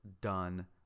done